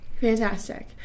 Fantastic